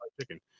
chicken